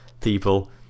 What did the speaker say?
people